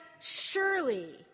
surely